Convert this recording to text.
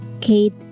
Kate